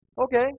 Okay